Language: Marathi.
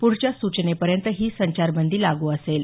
पुढच्या सूचनेपर्यंत ही संचारबंदी लागू असेल